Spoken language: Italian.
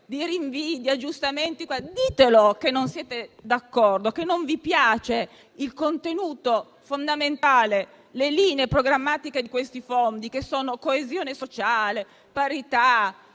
di rinvii e di aggiustamenti. Dite che non siete d'accordo, che non vi piace il contenuto fondamentale, che non vi piacciono le linee programmatiche di questi fondi, che sono coesione sociale, parità,